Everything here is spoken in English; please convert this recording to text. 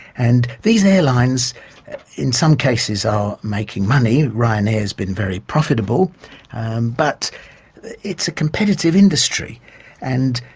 and these airlines in some cases are making money ryanair's been very profitable but it's a competitive industry and